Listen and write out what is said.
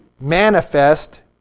manifest